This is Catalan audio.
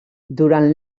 durant